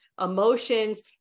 emotions